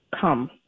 come